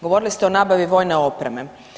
Govorili ste o nabavi vojne opreme.